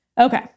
Okay